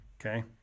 okay